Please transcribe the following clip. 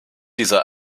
dieser